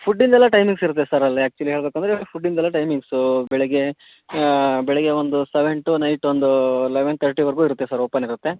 ಫುಡ್ಡಿಂದೆಲ್ಲ timings ಇರುತ್ತೆ sir ಅಲ್ಲಿ actually ಹೇಳಬೇಕಂದ್ರೆ ಫುಡ್ಡಿಂದೆಲ್ಲ ಟೈಮಿಂಗ್ಸೂ ಬೆಳಗ್ಗೆ ಬೆಳಗ್ಗೆ ಒಂದು ಸೆವೆನ್ ಟು ನೈಟ್ ಒಂದು ಲೆವೆನ್ ತರ್ಟಿವರೆಗೂ ಇರುತ್ತೆ ಸರ್ ಓಪನ್ ಇರುತ್ತೆ